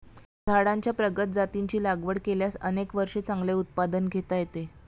झाडांच्या प्रगत जातींची लागवड केल्यास अनेक वर्षे चांगले उत्पादन घेता येते